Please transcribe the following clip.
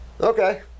Okay